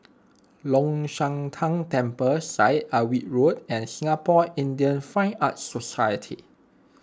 Long Shan Tang Temple Syed Alwi Road and Singapore Indian Fine Arts Society